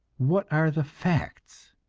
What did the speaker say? what are the facts.